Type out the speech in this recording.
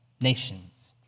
nations